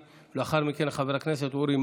301,